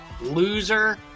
loser